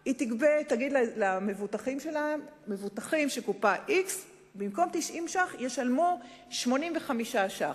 שקלים היא תגיד למבוטחים של קופה x שבמקום 90 שקלים הם ישלמו 85 שקלים,